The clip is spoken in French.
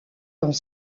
dans